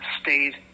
stayed